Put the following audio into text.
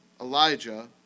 Elijah